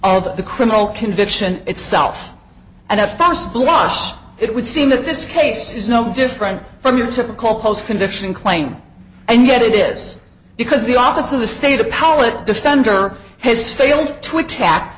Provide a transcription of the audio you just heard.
of the criminal conviction itself and at first blush it would seem that this case is no different from your typical postcondition claim and yet it is because the office of the state a powerful it defender has failed to attack